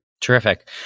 Terrific